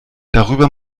darüber